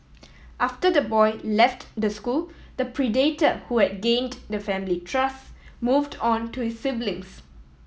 after the boy left the school the predator who had gained the family trust moved on to his siblings